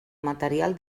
material